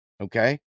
Okay